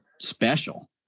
special